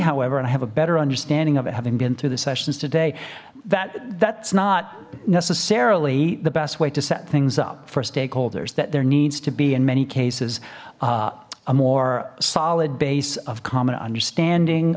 however and i have a better understanding of it having been through the sessions today that that's not necessarily the best way to set things up for stakeholders that there needs to be in many cases a more solid base of common understanding